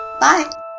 Bye